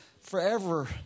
forever